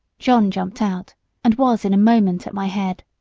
john jumped out and was in a moment at my head.